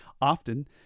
often